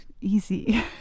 easy